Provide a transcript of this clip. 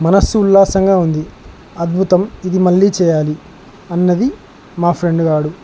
మనస్సు ఉల్లాసంగా ఉంది అద్భుతం ఇది మళ్ళీ చెయ్యాలి అంది మా ఫ్రెండ్ గాడు